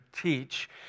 teach